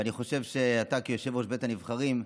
ואני חושב שאתה, כיושב-ראש בית הנבחרים,